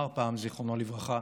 זיכרונו לברכה,